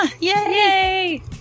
Yay